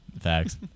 facts